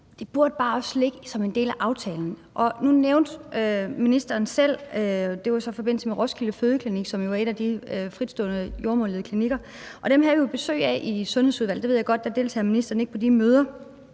Det burde bare også ligge som en del af aftalen. Nu nævnte ministeren selv fødeklinikken i Region Sjælland, Roskilde Fødeklinik, som jo er en af de fritstående jordemoderledede klinikker, og dem havde vi havde vi jo besøg af i Sundhedsudvalget. Jeg ved godt, at ministeren ikke deltager